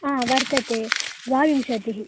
हा वर्तते द्वाविंशतिः